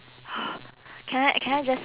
can I can I just